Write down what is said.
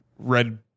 red